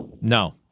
No